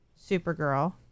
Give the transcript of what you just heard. Supergirl